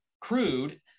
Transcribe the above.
crude